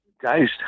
guys